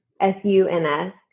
S-U-N-S